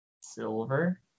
Silver